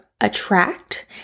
attract